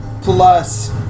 plus